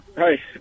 Hi